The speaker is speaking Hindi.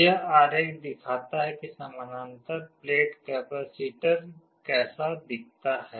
यह आरेख दिखाता है कि समानांतर प्लेट कैपेसिटर कैसा दिखता है